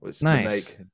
nice